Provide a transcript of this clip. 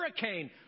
hurricane